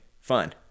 fun